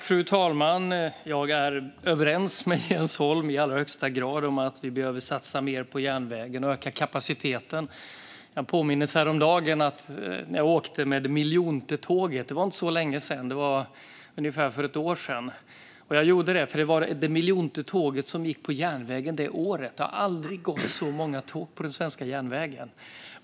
Fru talman! Jag är i allra högsta grad överens med Jens Holm om att vi behöver satsa mer på järnvägen och öka kapaciteten. Jag påmindes om det för inte så länge sedan, ungefär ett år sedan, när jag åkte med det miljonte tåget. Det var det miljonte tåget som gick på järnvägen det året. Det har aldrig gått så många tåg på den svenska järnvägen.